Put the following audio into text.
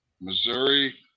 Missouri